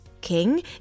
King